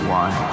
one